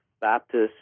Baptist